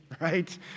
right